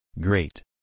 Great